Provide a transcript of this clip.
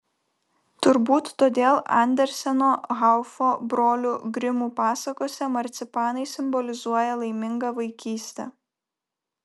turbūt todėl anderseno haufo brolių grimų pasakose marcipanai simbolizuoja laimingą vaikystę